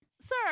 sir